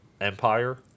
empire